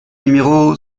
numéro